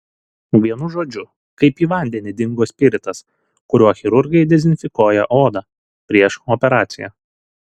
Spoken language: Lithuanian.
vienu žodžiu kaip į vandenį dingo spiritas kuriuo chirurgai dezinfekuoja odą prieš operaciją